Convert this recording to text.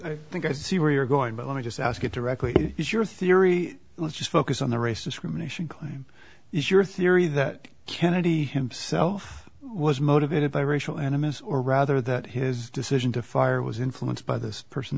i think i see where you're going but let me just ask it directly is your theory let's just focus on the race discrimination claim is your theory that kennedy himself was motivated by racial animus or rather that his decision to fire was influenced by this person